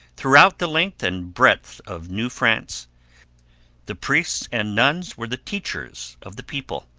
throughout the length and breadth of new france the priests and nuns were the teachers of the people.